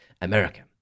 America